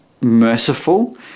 merciful